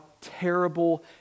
terrible